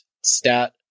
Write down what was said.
stat